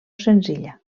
senzilla